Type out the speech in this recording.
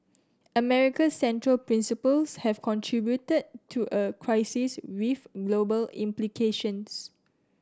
America's central principles have contributed to a crisis with global implications